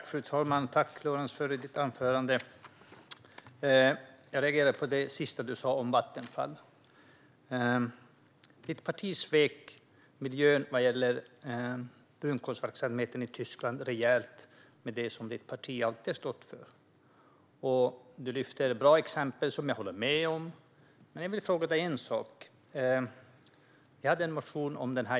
Fru talman! Jag tackar dig, Lorentz Tovatt, för ditt anförande. Jag reagerade på det sista som du sa om Vattenfall. Ditt parti svek miljön rejält när det gäller brunkolsverksamheten i Tyskland med tanke på det som ditt parti alltid har stått för. Du lyfter fram bra exempel som jag håller med om. Men jag vill ställa en fråga till dig när det gäller en motion som vi har väckt.